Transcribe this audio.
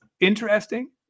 interesting